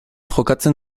jokatzen